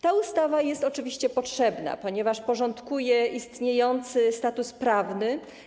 Ta ustawa jest oczywiście potrzebna, ponieważ porządkuje istniejący status prawny.